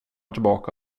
tillbaka